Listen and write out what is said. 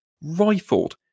rifled